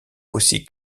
aussi